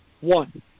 one